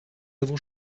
avons